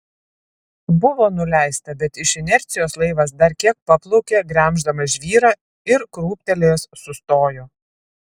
buvo nuleista bet iš inercijos laivas dar kiek paplaukė gremždamas žvyrą ir krūptelėjęs sustojo